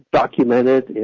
documented